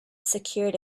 secured